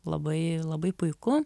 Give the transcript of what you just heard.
labai labai puiku